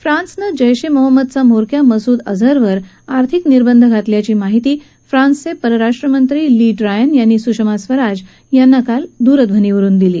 फ्रान्सनं जैश ए मोहम्मदचा म्होरक्या मसूद अजहरवर आर्थिक निर्बंध घातल्याची माहिती फ्रान्सचे परराष्ट्रमंत्री ली ड्रायन यांनी सुषमा स्वराज यांना काल दूरध्वनीवरून दिली